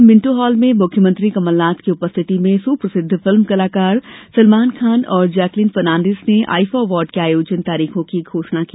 कल Minto Hall में मुख्यमंत्री कमल नाथ की उपस्थिति में सुप्रसिद्ध फिल्म कलाकार सलमान खान और जैकलीन फर्नांडिस ने आईफा अवार्ड के आयोजन तारीखो की घोषणा की